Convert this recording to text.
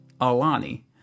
Alani